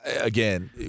Again